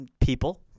people